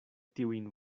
tiujn